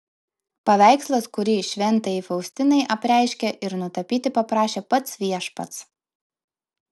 paveikslas kurį šventajai faustinai apreiškė ir nutapyti paprašė pats viešpats